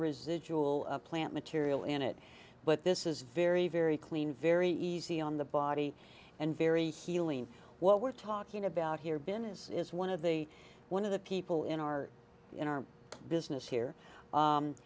residual plant material in it but this is very very clean very easy on the body and very healing what we're talking about here been is one of the one of the people in our in our business here